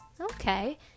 Okay